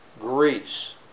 Greece